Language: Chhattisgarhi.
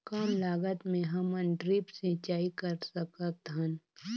कम लागत मे हमन ड्रिप सिंचाई कर सकत हन?